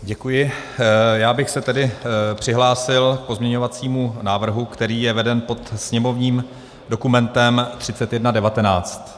Děkuji, já bych se tedy přihlásil k pozměňovacímu návrhu, který je veden pod sněmovním dokumentem 3119.